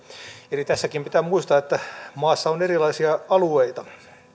eli tässäkin pitää muistaa että maassa on erilaisia alueita